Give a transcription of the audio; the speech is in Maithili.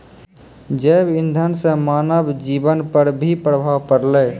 जैव इंधन से मानव जीबन पर भी प्रभाव पड़लै